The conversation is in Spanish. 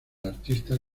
artista